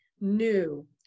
new